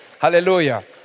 Hallelujah